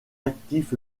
actif